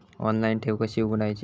Online ठेव कशी उघडायची?